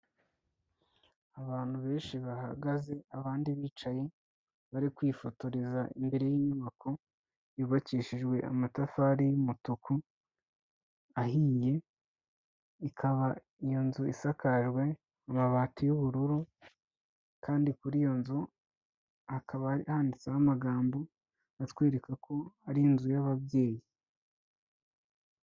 Abantu benshi bahagaze abandi bicaye bari kwifotoreza imbere y'inyubako yubakishijwe amatafari y'umutuku ahiye, ikaba iyo nzu isakajwe amabati y'ubururu kandi kuri iyo nzu hakaba handitseho amagambo atwereka ko ari inzu y'ababyeyi.